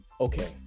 okay